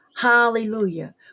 hallelujah